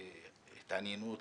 מלוא ההתעניינות